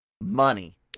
Money